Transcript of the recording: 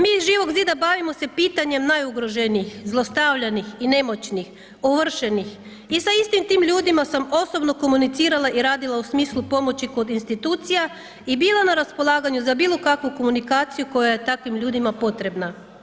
Mi iz Živog zida bavimo se pitanjem najugroženijih, zlostavljanih i nemoćnih, ovršenih i sa istim tim ljudima sam osobno komunicirala i radila u smislu pomoći kod institucija i bila na raspolaganju za bilo kakvu komunikaciju koja je takvim ljudima potrebna.